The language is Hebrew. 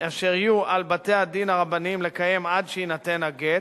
על בתי-הדין הרבניים לקיים עד שיינתן הגט,